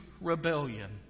rebellion